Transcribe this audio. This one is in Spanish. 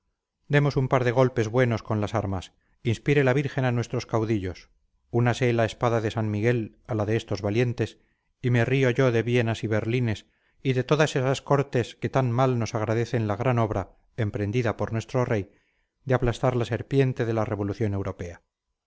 demos un par de golpes buenos con las armas inspire la virgen a nuestros caudillos únase la espada de san miguel a la de estos valientes y me río yo de vienas y berlines y de todas esas cortes que tan mal nos agradecen la gran obra emprendida por nuestro rey de aplastar la serpiente de la revolución